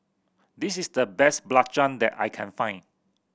this is the best belacan that I can find